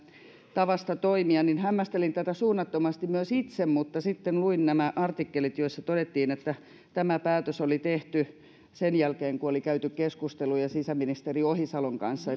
tavasta toimia hämmästelin tätä suunnattomasti myös itse mutta sitten luin nämä artikkelit joissa todettiin että tämä päätös oli tehty sen jälkeen kun oli käyty keskusteluja sisäministeri ohisalon kanssa